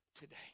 today